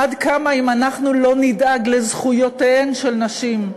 עד כמה, אם אנחנו לא נדאג לזכויותיהן של נשים,